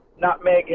Nutmeg